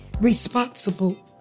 responsible